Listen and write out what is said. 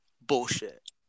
Bullshit